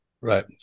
Right